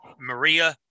Maria